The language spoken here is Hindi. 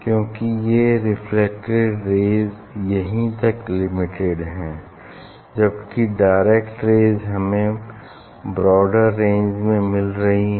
क्यूंकि ये रेफ्लेक्टेड रेज़ यहीं तक लिमिटेड हैं जबकि डायरेक्ट रेज़ हमें ब्रॉडर रेंज में मिल रही हैं